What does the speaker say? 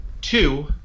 two